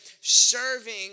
serving